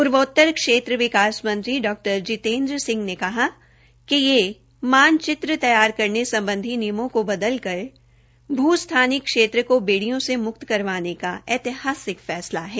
पूर्वोत्तर क्षेत्र विकास मंत्री डॉ जितेंद्र सिंह ने कहा कि यह मानचित्र तैयार करेन सम्बधी नियमों को बदलकर भू स्थानिक क्षेत्र को बेडियों से मुक्त करवाने का ऐतिहासिक फैसला है